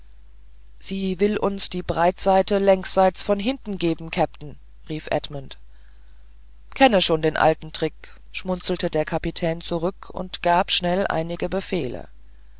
sie will uns die breitseite längsschiffs von hinten geben kapitän rief edmund kenne schon den alten trick schmunzelte der kapitän zurück und gab schnell einige befehle